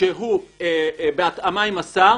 שהוא בהתאמה עם השר,